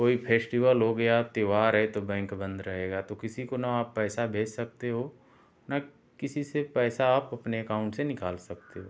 कोइ फेस्टिवल हो गया त्योहार है तो बैंक बंद रहेगा किसी को न पैसा भेज सकते हो न किसी से पैसा आप अपने अकाऊंट से निकाल सकते हो